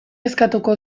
eskatuko